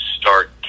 start